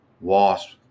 wasp